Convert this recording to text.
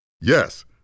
Yes